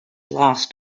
lost